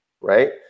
right